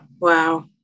wow